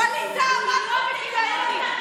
אורנה?